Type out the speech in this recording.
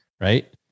right